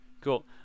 cool